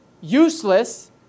useless